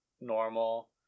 normal